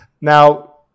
Now